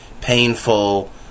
painful